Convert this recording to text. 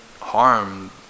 harm